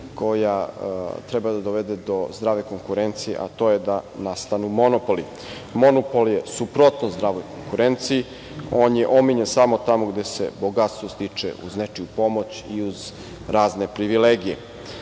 koja treba da dovede do zdrave konkurencije, a to je da nastanu monopoli. Monopol je suprotnost zdravoj konkurenciji. On je omiljen samo tamo gde se bogatstvo stiče uz nečiju pomoć i uz razne privilegije.